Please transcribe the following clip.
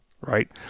Right